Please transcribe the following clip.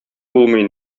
булмый